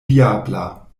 diabla